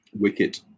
wicket